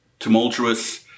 Tumultuous